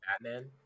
Batman